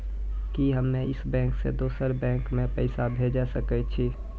कि हम्मे इस बैंक सें दोसर बैंक मे पैसा भेज सकै छी?